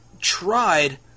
tried